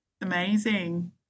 Amazing